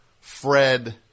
Fred